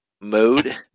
mode